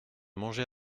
manger